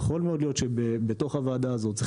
יכול מאוד להיות שבתוך הוועדה הזו צריך